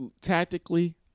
tactically